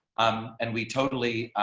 um and we totally